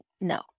no